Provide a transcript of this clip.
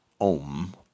Om